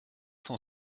cent